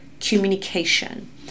communication